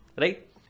right